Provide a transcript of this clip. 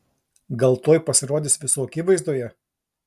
gal tuoj pasirodys visų akivaizdoje